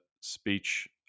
speech